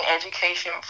education